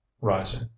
rising